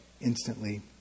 instantly